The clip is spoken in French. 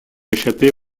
échapper